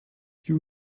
you